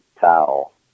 towel